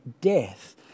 death